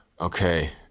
Okay